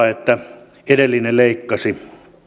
että edellinen leikkasi